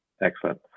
Excellent